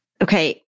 okay